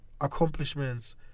accomplishments